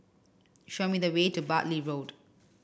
show me the way to Bartley Road